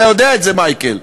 אתה יודע את זה, מייקל.